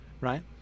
right